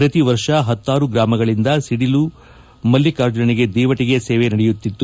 ಪ್ರತಿ ವರ್ಷ ಹತ್ತಾರು ಗ್ರಾಮಗಳಿಂದ ಸಿದಿಲು ಮಲ್ಲಿಕಾರ್ಜುನನಿಗೆ ದೀವಟಿಗೆ ಸೇವೆ ನಡೆಯುತ್ತಿತ್ತು